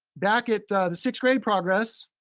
back at the sixth grade progress.